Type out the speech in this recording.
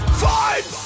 fight